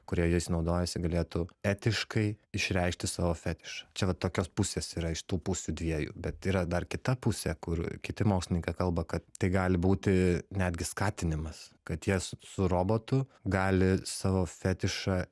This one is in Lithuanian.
kurie jais naudojasi galėtų etiškai išreikšti savo fetišą čia va tokios pusės yra iš tų pusių dviejų bet yra dar kita pusė kur kiti mokslininkai kalba kad tai gali būti netgi skatinimas kad jie s su robotu gali savo fetišą